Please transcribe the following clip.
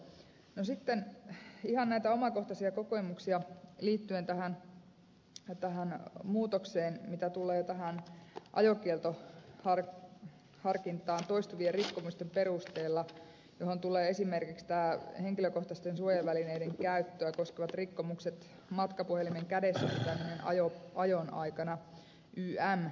sitten ihan näitä omakohtaisia kokemuksia liittyen muutokseen mitä tulee tähän ajokieltoharkintaan toistuvien rikkomusten perusteella johon tulevat esimerkiksi henkilökohtaisten suojavälineiden käyttöä koskevat rikkomukset matkapuhelimen kädessä pitäminen ajon aikana ynnä muuta